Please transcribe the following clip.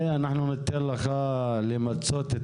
אנחנו ניתן לך למצות את